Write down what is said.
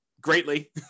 greatly